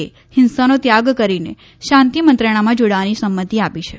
એ હિંસાનો ત્યાગ કરીને શાંતિ મંત્રણામાં જોડાવાની સંમતિ આપી છે